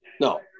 No